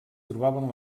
trobaven